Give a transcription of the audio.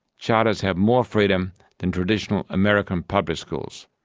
charters have more freedom than traditional american public schools.